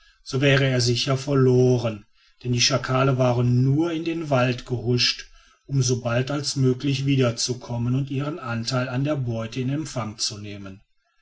so wäre er sicher verloren denn die schakale waren nur in den wald gehuscht um so bald als möglich wieder zu kommen und ihren anteil an der beute in empfang zu nehmen